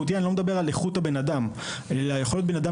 אני לא מדבר על איכות האדם אלא יכול להיות אדם